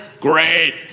Great